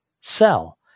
sell